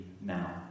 now